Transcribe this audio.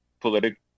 political